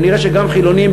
כנראה גם חילונים,